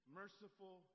merciful